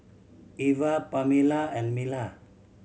Eva Pamela and Mila